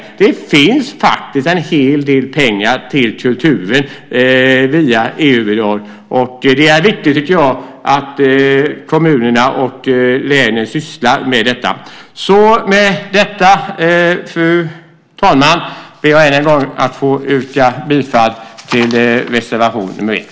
Men det finns faktiskt en hel del pengar till kulturen via EU-bidrag, och det är viktigt, tycker jag, att kommunerna och länen sysslar med detta. Med detta, fru talman, ber jag än en gång att få yrka bifall till reservation nr 1.